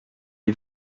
est